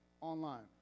online